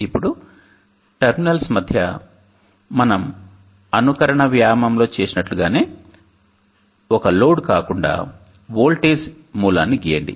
ఇప్పుడు టెర్మినల్స్ మధ్య మనం అనుకరణ వ్యాయామంలో చేసినట్లుగానే ఒక లోడ్ కాకుండా వోల్టేజ్ మూలాన్ని గీయండి